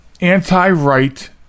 anti-right